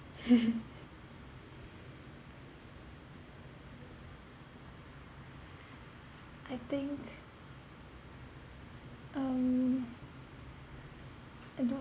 I think um I don't